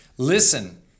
Listen